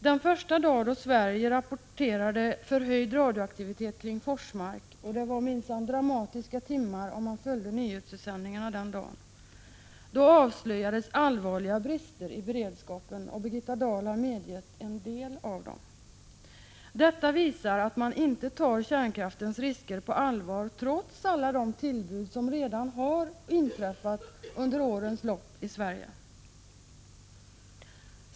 Den första dagen som Sverige rapporterade om högre radioaktivitet kring Forsmark — det var minsann dramatiska timmar, om man följde nyhetssändningarna den dagen — avslöjades allvarliga brister i beredskapen. Birgitta Dahl har medgett en del av dem. Detta visar att man inte tar kärnkraftens risker på allvar, trots alla de tillbud som under årens lopp har inträffat i Sverige.